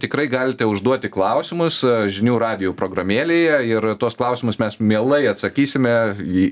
tikrai galite užduoti klausimus žinių radijų programėlėje ir tuos klausimus mes mielai atsakysime į